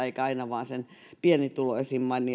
eikä aina vain sen pienituloisimman